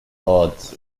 odds